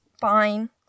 fine